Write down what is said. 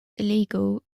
illegal